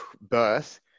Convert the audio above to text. birth